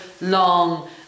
long